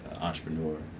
entrepreneur